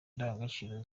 indangagaciro